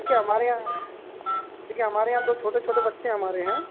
ठीक है हमारे यहाँ ठीक है हमारे यहाँ दो छोटे छोटे बच्चे हमारे हैं